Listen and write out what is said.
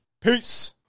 Peace